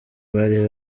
bari